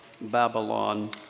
Babylon